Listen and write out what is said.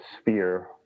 sphere